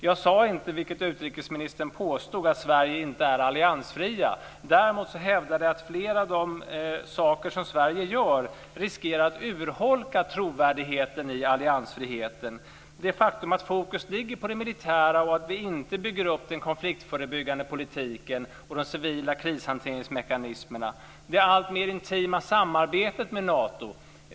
Jag sade inte, vilket utrikesministern påstod, att Sverige inte är alliansfritt. Däremot hävdade jag att flera av de saker som Sverige gör riskerar att urholka trovärdigheten i alliansfriheten. Det är ett faktum att fokus ligger på det militära och att vi inte bygger upp den konfliktförebyggande politiken och de civila krishanteringsmekanismerna. Det finns ett alltmer intimt samarbete med Nato.